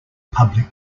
public